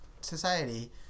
society